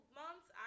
months